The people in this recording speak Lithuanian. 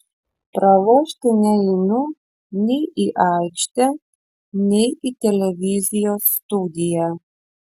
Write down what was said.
pralošti neinu nei į aikštę nei į televizijos studiją